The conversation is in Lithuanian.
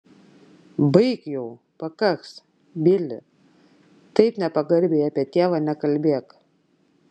baik jau pakaks bili taip nepagarbiai apie tėvą nekalbėk